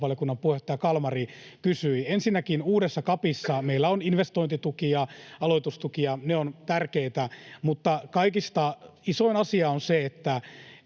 puheenjohtaja Kalmari kysyi: Ensinnäkin uudessa CAPissa meillä on investointitukia, aloitustukia — ne ovat tärkeitä — mutta kaikista isoin asia on se, että